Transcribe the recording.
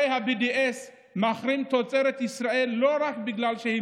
הרי ה-BDS מחרים תוצרת ישראל לא רק בגלל שהיא